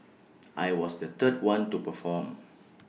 I was the third one to perform